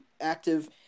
active